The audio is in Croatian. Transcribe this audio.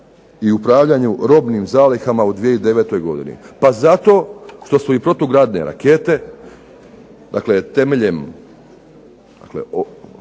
i upravljanju robnim zalihama u 2009. godini? Pa zato što su i protugradne rakete temeljem